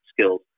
skills